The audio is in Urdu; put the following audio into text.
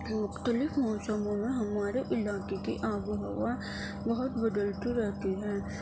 مختلف موسموں میں ہمارے علاقے کی آب و ہوا بہت بدلتی رہتی ہے